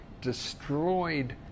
destroyed